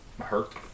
hurt